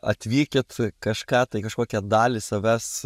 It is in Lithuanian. atvykit kažką tai kažkokią dalį savęs